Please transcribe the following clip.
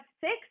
six